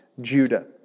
Judah